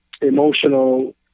emotional